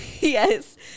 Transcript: Yes